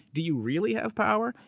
do you really have power?